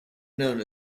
known